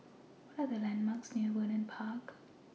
What Are The landmarks near Vernon Park